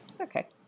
Okay